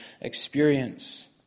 experience